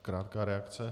Krátká reakce.